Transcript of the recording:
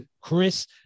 Chris